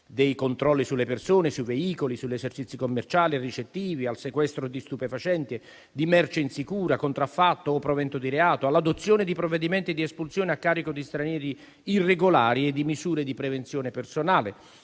dei controlli sulle persone, sui veicoli, sugli esercizi commerciali e ricettivi; al sequestro di stupefacenti, di merce insicura, contraffatta o provento di reato; all'adozione di provvedimenti di espulsione a carico di stranieri irregolari e di misure di prevenzione personale.